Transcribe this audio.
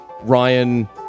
Ryan